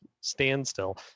standstill